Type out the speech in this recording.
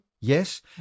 Yes